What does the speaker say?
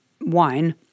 wine